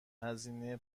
هزینه